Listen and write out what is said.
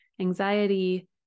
anxiety